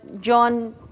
John